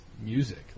music